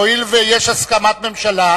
הואיל ויש הסכמת ממשלה,